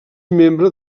membre